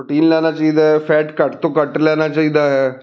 protein ਲੈਣਾ ਚਾਹੀਦਾ fat ਘੱਟ ਤੋਂ ਘੱਟ ਲੈਣਾ ਚਾਹੀਦਾ ਹੈ